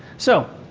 so,